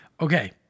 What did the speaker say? Okay